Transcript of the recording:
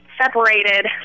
separated